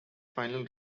final